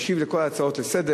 הוא משיב על כל ההצעות לסדר-היום,